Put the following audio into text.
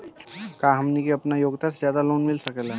का हमनी के आपन योग्यता से ज्यादा लोन मिल सकेला?